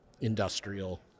industrial